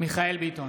מיכאל מרדכי ביטון,